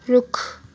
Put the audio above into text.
रुख